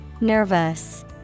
Nervous